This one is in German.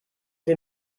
sie